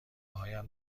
هایم